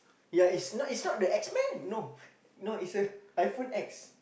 ya is not is not the X-Men no no is the iPhone X